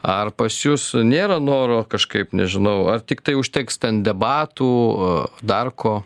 ar pas jus nėra noro kažkaip nežinau ar tiktai užteks ten debatų o dar ko